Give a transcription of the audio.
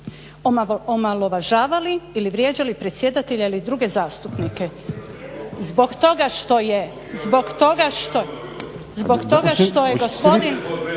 omalovažavali ili vrijeđali predsjedatelja ili druge zastupnike, zbog toga što je … …/Upadica sa strane,